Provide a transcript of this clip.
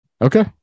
Okay